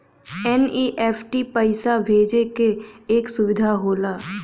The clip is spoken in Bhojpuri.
एन.ई.एफ.टी पइसा भेजे क एक सुविधा होला